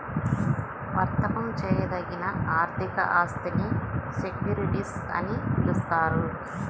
వర్తకం చేయదగిన ఆర్థిక ఆస్తినే సెక్యూరిటీస్ అని పిలుస్తారు